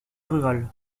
rurale